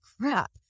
crap